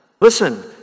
Listen